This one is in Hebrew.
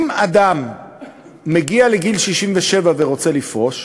אם אדם מגיע לגיל 67 ורוצה לפרוש,